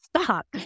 stop